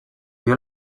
dio